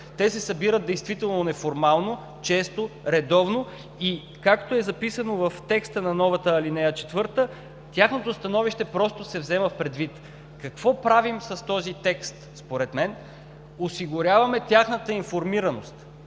Те се събират действително неформално, често, редовно и както е записано в текста на новата ал. 4, тяхното становище просто се взема предвид. Какво правим с този текст? Според мен осигуряваме тяхната информираност.